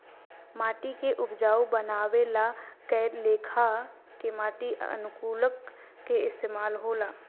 माटी के उपजाऊ बानवे ला कए लेखा के माटी अनुकूलक के इस्तमाल होला